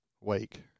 Wake